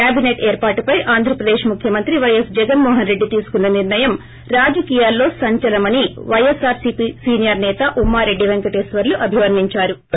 cabinet ఏర్పాటుపై ఆంధ్రప్రదేశ్ ముఖ్యమంత్రి పైఎస్ జగన్మోహన్రెడ్డి తీసుకున్న నిర్ణయం రాజకీయాల్లో సంచలనమని వ్రైఎస్పార్ సీపీ సీనియర్ నేత ొఉమ్మారెడ్డి పెంకటేశ్వర్లు అభివర్లించారు